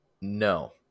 No